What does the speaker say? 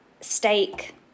steak